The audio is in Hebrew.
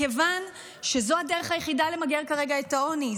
כיוון שזו הדרך היחידה למגר כרגע את העוני.